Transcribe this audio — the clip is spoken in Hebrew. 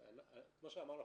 כמו שאמרנו,